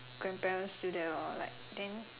grandparents still there lor like then